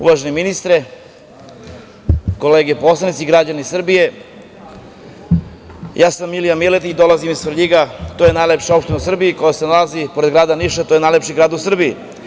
Uvaženi ministre, kolege poslanici, građani Srbije, ja sam Milija Miletić i dolazim iz Svrljiga, to je najlepša opština u Srbiji koja se nalazi pored grada Niša, to je najlepši grad u Srbiji.